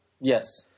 Yes